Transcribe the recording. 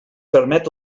permet